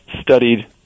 studied